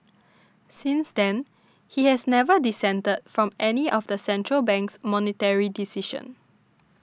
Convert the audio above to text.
since then he has never dissented from any of the central bank's monetary decisions